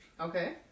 Okay